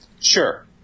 Sure